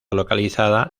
localizada